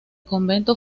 convento